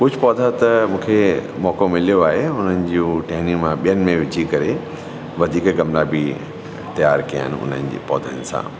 कुझु पौधा त मूंखे मौक़ो मिलियो आहे हुननि जूं टहनियूं मां ॿियनि में विझी करे वधीक गमला बि तयारु कया आहिनि उन्हनि जे पौधनि सां